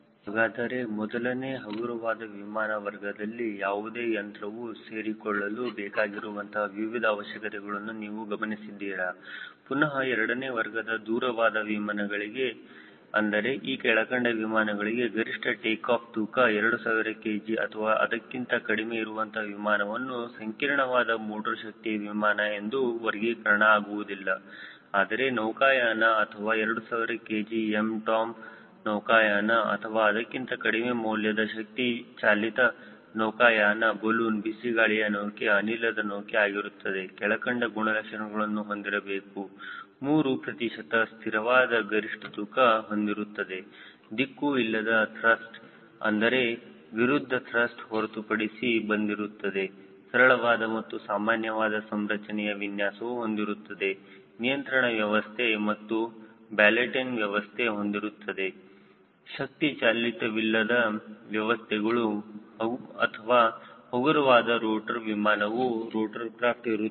ಹಾಗಾದರೆ ಮೊದಲನೇ ಹಗುರವಾದ ವಿಮಾನ ವರ್ಗದಲ್ಲಿ ಯಾವುದೇ ಯಂತ್ರವು ಸೇರಿಕೊಳ್ಳಲು ಬೇಕಾಗಿರುವಂತಹ ವಿವಿಧ ಅವಶ್ಯಕತೆಗಳನ್ನು ನೀವು ಗಮನಿಸಿದ್ದೀರಾ ಪುನಹ ಎರಡನೇ ವರ್ಗದ ದೂರವಾದ ವಿಮಾನಗಳಿಗೆ ಅಂದರೆ ಈ ಕೆಳಕಂಡ ವಿಮಾನಗಳಿಗೆ ಗರಿಷ್ಠ ಟೇಕಾಫ್ ತೂಕ 2000 kg ಅಥವಾ ಅದಕ್ಕಿಂತ ಕಡಿಮೆ ಇರುವಂತಹ ವಿಮಾನವನ್ನು ಸಂಕೀರ್ಣವಾದ ಮೋಟರ್ ಶಕ್ತಿಯ ವಿಮಾನ ಎಂದು ವರ್ಗೀಕರಣ ಆಗುವುದಿಲ್ಲ ಆದರೆ ನೌಕಾಯಾನ ಅಥವಾ 2000 kg MTOM ನೌಕಾಯಾನ ಅಥವಾ ಅದಕ್ಕಿಂತ ಕಡಿಮೆ ಮೌಲ್ಯದ ಶಕ್ತಿ ಚಾಲಿತ ನೌಕಾಯಾನ ಬಲೂನ್ ಬಿಸಿಗಾಳಿಯ ನೌಕೆ ಅನಿಲದ ನೌಕೆ ಆಗಿರುತ್ತದೆ ಕೆಳಕಂಡ ಗುಣಲಕ್ಷಣಗಳನ್ನು ಹೊಂದಿರಬೇಕು 3 ಪ್ರತಿಶತ ಸ್ಥಿರವಾದ ಗರಿಷ್ಠ ತೂಕ ಹೊಂದಿರುತ್ತದೆ ದಿಕ್ಕು ಇಲ್ಲದ ತ್ರಸ್ಟ್ ಅಂದರೆ ವಿರುದ್ಧ ತ್ರಸ್ಟ್ ಹೊರತುಪಡಿಸಿ ಬಂದಿರುತ್ತದೆ ಸರಳವಾದ ಮತ್ತು ಸಾಮಾನ್ಯವಾದ ಸಂರಚನೆಯ ವಿನ್ಯಾಸವು ಹೊಂದಿರುತ್ತದೆ ನಿಯಂತ್ರಣ ವ್ಯವಸ್ಥೆ ಮತ್ತು ಬ್ಯಾಲೆನಟ್ ವ್ಯವಸ್ಥೆ ಹೊಂದಿರುತ್ತದೆ ಶಕ್ತಿ ಚಾಲಿತವಿಲ್ಲದ ವ್ಯವಸ್ಥೆಗಳು ಅಥವಾ ಹಗುರವಾದ ರೋಟರ್ ವಿಮಾನವು ರೋಟರ್ಕ್ರಫ್ಟ್ ಇರುತ್ತದೆ